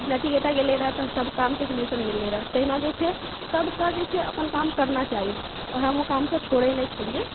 नचिकेता गेलै रहै तऽ सब कामके सोल्युशन मिलै रहै तहिना जे छै सबके जे छै अपन काम करना चाही आओर हम ओ कामके छोड़ै नहि छलिऐ